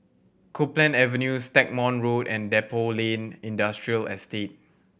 Copeland Avenue Stagmont Road and Depot Lane Industrial Estate